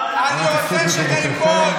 אני רוצה שזה ייפול,